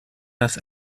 das